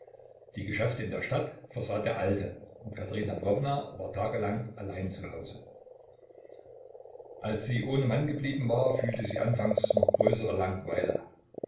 die geschäfte in der stadt versah der alte und katerina lwowna war tagelang allein zu hause als sie ohne mann geblieben war fühlte sie anfangs noch größere langweile